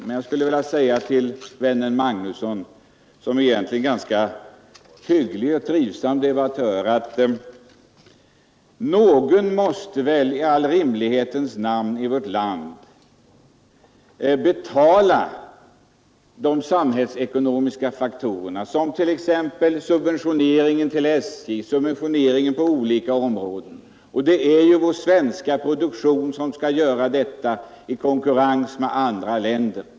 Men då vill jag säga till vännen Magnusson — som egentligen är en ganska hygglig och trivsam debattör — att någon här i landet måste väl i all rimlighets namn betala samhällets utgifter, t.ex. subventioneringen till SJ och andra subventioneringar. Och det är ju vår produktion som skall göra det i konkurrens med andra länder.